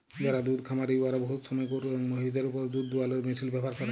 যারা দুহুদ খামারি উয়ারা বহুত সময় গরু এবং মহিষদের উপর দুহুদ দুয়ালোর মেশিল ব্যাভার ক্যরে